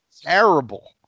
terrible